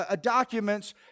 documents